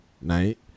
night